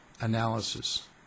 analysis